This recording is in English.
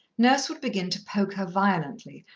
nurse would begin to poke her violently,